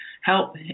help